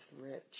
rich